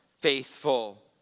faithful